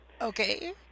Okay